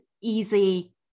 easy